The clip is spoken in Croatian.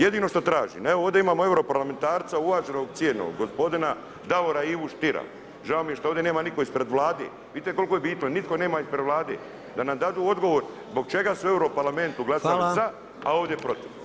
Jedino što tražim, evo ovdje imamo europarlamentarca gospodina DAvora Ivu Stiera, žao mi je što ovdje nema nikoga ispred Vlade, vidite koliko je bitno nitko nema ispred Vlade, da nam dadu odgovor zbog čega su u europarlamentu glasali za, a ovdje protiv.